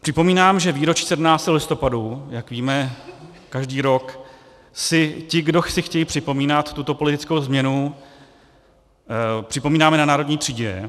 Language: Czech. Připomínám, že výročí 17. listopadu, jak víme, každý rok si ti, kdo si chtějí připomínat tuto politickou změnu, připomínáme na Národní třídě.